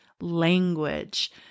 language